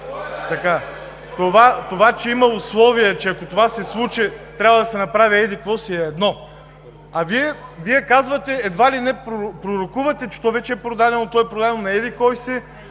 Това, че имало условие, че ако това се случи, трябва да се направи еди-какво си – е едно. А Вие казвате, едва ли не пророкувате, че то вече е продадено, продадено е